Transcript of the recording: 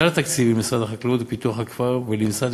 כלל התקציבים למשרד החקלאות ופיתוח הכפר ולמשרד